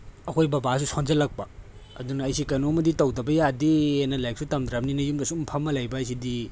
ꯑꯩꯈꯣꯏ ꯕꯥꯕꯥꯁꯨ ꯁꯣꯟꯖꯤꯜꯂꯛꯄ ꯑꯗꯨꯗ ꯑꯩꯁꯦ ꯀꯩꯅꯣꯝꯃꯗꯤ ꯇꯧꯗꯕ ꯌꯥꯗꯦ ꯍꯥꯏꯅ ꯂꯥꯏꯔꯤꯛꯁꯨ ꯇꯝꯗ꯭ꯔꯕꯅꯤꯅ ꯌꯨꯝꯗ ꯁꯨꯝ ꯐꯝꯃ ꯂꯩꯕ ꯍꯥꯏꯁꯤꯗꯤ